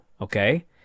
okay